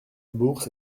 bourse